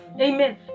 amen